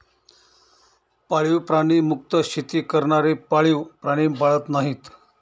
पाळीव प्राणी मुक्त शेती करणारे पाळीव प्राणी पाळत नाहीत